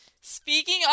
speaking